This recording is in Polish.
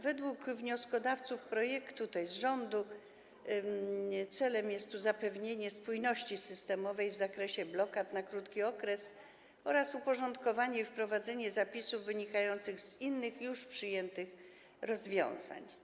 Według wnioskodawców projektu, tj. rządu, celem jest zapewnienie spójności systemowej w zakresie blokad na krótki okres oraz uporządkowanie i wprowadzenie zapisów wynikających z innych już przyjętych rozwiązań.